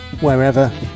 wherever